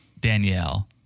Danielle